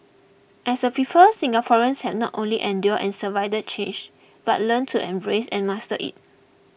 as a people Singaporeans have not only endured and survived change but learned to embrace and master it